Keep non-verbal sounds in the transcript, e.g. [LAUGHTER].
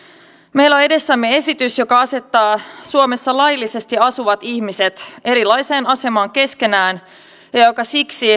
meillä on edessämme esitys joka asettaa suomessa laillisesti asuvat ihmiset erilaiseen asemaan keskenään ja ja joka siksi [UNINTELLIGIBLE]